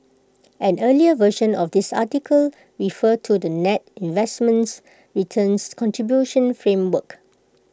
an earlier version of this article referred to the net investments returns contribution framework